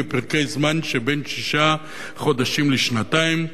בפרקי זמן שבין שישה חודשים לשנתיים,